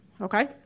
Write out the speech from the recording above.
Okay